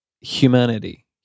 humanity